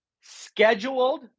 scheduled